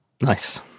nice